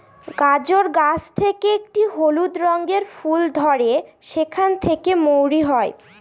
গাজর গাছ থেকে একটি হলুদ রঙের ফুল ধরে সেখান থেকে মৌরি হয়